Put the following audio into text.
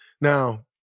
Now